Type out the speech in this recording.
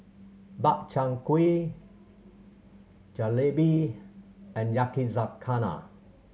Makchang Gui Jalebi and Yakizakana